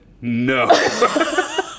no